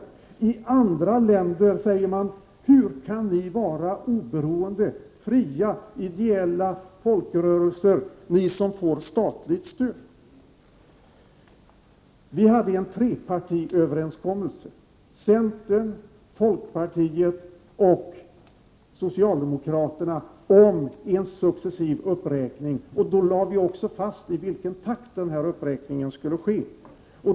Man säger i andra länder: Hur kan ni vara oberoende, fria och ideella folkrörelser när ni får statligt stöd? Det träffades en trepartiöverenskommelse mellan centern, folkpartiet och socialdemokraterna om en successiv uppräkning av F 3-anslaget och då fastslogs också i vilken takt uppräkningen skulle ske.